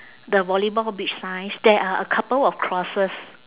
the volleyball beach signs there are a couple of crosses